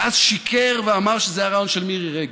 ואז שיקר ואמר שזה היה רעיון של מירי רגב,